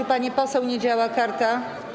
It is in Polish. U pani poseł nie działa karta.